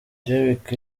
derrick